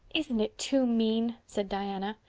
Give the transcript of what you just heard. isn't it too mean! said diana.